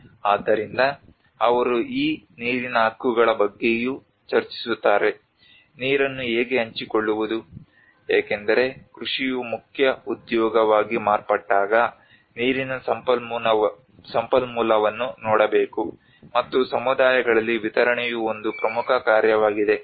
ಆದ್ದರಿಂದ ಅವರು ಈ ನೀರಿನ ಹಕ್ಕುಗಳ ಬಗ್ಗೆಯೂ ಚರ್ಚಿಸುತ್ತಾರೆ ನೀರನ್ನು ಹೇಗೆ ಹಂಚಿಕೊಳ್ಳುವುದು ಏಕೆಂದರೆ ಕೃಷಿಯು ಮುಖ್ಯ ಉದ್ಯೋಗವಾಗಿ ಮಾರ್ಪಟ್ಟಾಗ ನೀರಿನ ಸಂಪನ್ಮೂಲವನ್ನು ನೋಡಬೇಕು ಮತ್ತು ಸಮುದಾಯಗಳಲ್ಲಿ ವಿತರಣೆಯು ಒಂದು ಪ್ರಮುಖ ಕಾರ್ಯವಾಗಿದೆ